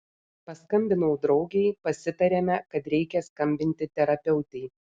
paskambinau draugei pasitarėme kad reikia skambinti terapeutei